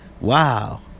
Wow